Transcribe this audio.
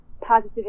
positive